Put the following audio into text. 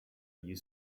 you